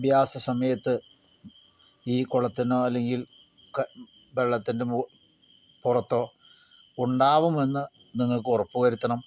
അഭ്യാസ സമയത്ത് ഈ കൊളത്തിനോ അല്ലെങ്കിൽ വെള്ളത്തിൻ്റെ പുറത്തോ ഉണ്ടാവും എന്ന് നിങ്ങൾക്കുറപ്പ് വരുത്തണം